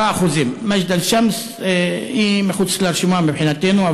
10%; מג'דל-שמס היא מחוץ לרשימה עבורנו,